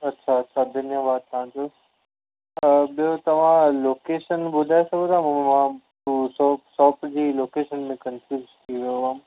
अच्छा अच्छा धन्यवादु तव्हांजो ॿियो तव्हां लोकेशन ॿुधाए सघो था अवां शॉ शॉप जी लोकेशन में कंफ्यूज थी वियो आहियां